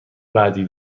بعدی